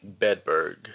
Bedburg